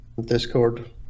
Discord